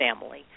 family